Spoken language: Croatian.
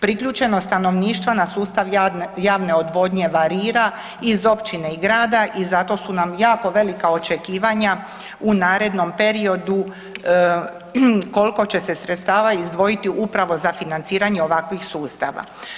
Priključeno stanovništvo na sustav javne odvodnje varira iz općine i grada i zato su nam jako velika očekivanja u narednom periodu koliko će se sredstava izdvojiti upravo za financiranje ovakvih sustava.